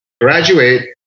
graduate